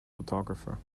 photographer